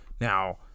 Now